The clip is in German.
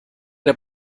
der